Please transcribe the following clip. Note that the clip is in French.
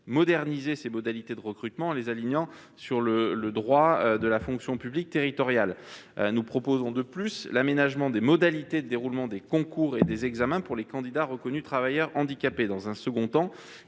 moderniser ces modalités de recrutement en les alignant sur le droit de la fonction publique territoriale ; nous proposons, de plus, l'aménagement des modalités de déroulement des concours et des examens pour les candidats reconnus travailleurs handicapés. Dans un second temps,